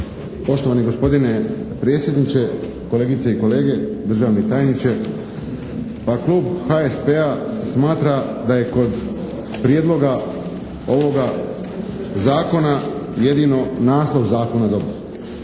Poštovani gospodine predsjedniče, kolegice i kolege, državni tajniče! Pa, Klub HSP-a smatra da je kod prijedloga ovoga zakona jedino naslov zakona dobar